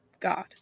god